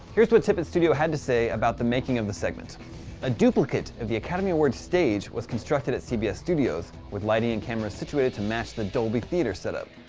here's what tippett studio had to say about the making of the segment a duplicate of the academy awards stage was constructed at cbs studios, with lighting and cameras situated to match the dolby theatre set up.